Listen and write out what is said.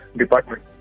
department